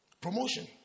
promotion